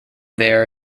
their